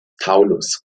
taunus